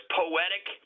poetic